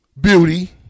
beauty